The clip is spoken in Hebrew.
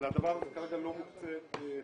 כרגע לא מוקצה תקציב.